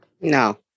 No